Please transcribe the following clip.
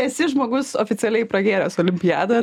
esi žmogus oficialiai pragėręs olimpiadą